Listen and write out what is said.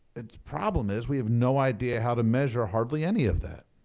its problem is we have no idea how to measure hardly any of that.